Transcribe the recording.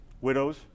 widows